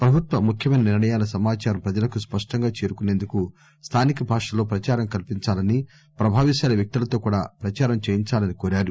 ప్రభుత్వ ముఖ్యమైన నిర్ణయాల సమాచారం ప్రజలకు స్పష్టంగా చేరుకునేందుకు స్థానిక భాషలో ప్రచారం కల్పించాలని ప్రభావిశాలి వ్యక్తులతో కూడా ప్రచారం చేయించాలని కోరారు